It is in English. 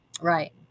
right